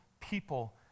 people